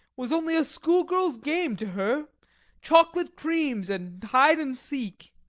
was only a schoolgirl's game to her chocolate creams and hide and seek.